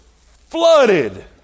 flooded